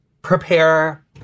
prepare